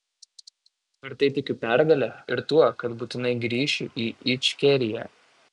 tvirtai tikiu pergale ir tuo kad būtinai grįšiu į ičkeriją